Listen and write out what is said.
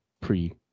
pre